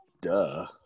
duh